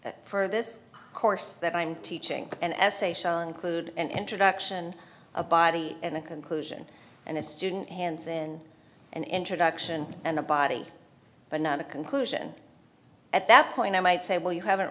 for this course that i'm teaching an essay shall include an introduction a body and a conclusion and a student hands in an introduction and a body but not a conclusion at that point i might say well you haven't